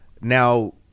now